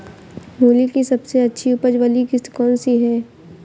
मूली की सबसे अच्छी उपज वाली किश्त कौन सी है?